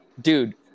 dude